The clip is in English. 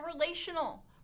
relational